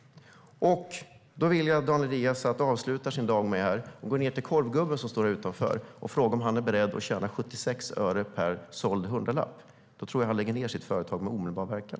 Jag vill att Daniel Riazat avslutar sin dag med att gå ned till korvgubben som står här utanför och fråga om han är beredd att tjäna 76 öre per hundralapp. Jag tror att han skulle lägga ned sitt företag med omedelbar verkan.